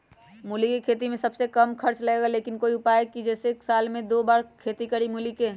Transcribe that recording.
मूली के खेती में सबसे कम खर्च लगेला लेकिन कोई उपाय है कि जेसे साल में दो बार खेती करी मूली के?